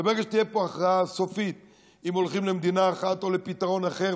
וברגע שתהיה פה הכרעה סופית אם הולכים למדינה אחת או לפתרון אחר,